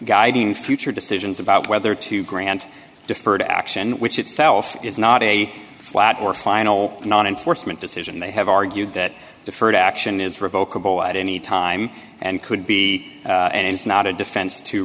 guiding future decisions about whether to grant deferred action which itself is not a flat or final non enforcement decision they have argued that deferred action is revokable at any time and could be and is not a defense to